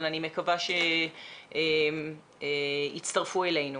אבל אני מקווה שיצטרפו אלינו.